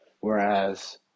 Whereas